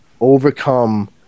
overcome